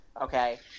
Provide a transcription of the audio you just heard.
okay